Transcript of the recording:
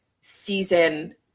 season